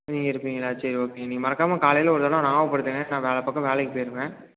நீங்கள் இருப்பீங்களா சரி ஓகேங்க நீங்கள் மறக்காமல் காலையில் ஒரு தடவை ஞாபகப்படுத்துங்க நான் வேறு பக்கம் வேலைக்கு போயிடுவேன்